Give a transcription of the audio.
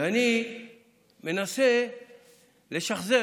ואני מנסה לשחזר.